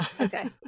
Okay